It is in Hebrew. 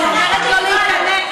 אני אומרת לו להיכנס.